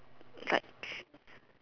like